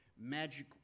magic